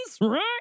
right